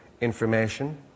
information